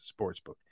Sportsbook